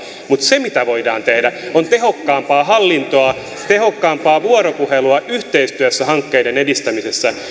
mutta se mitä voidaan tehdä on tehokkaampaa hallintoa tehokkaampaa vuoropuhelua yhteistyössä hankkeiden edistämisessä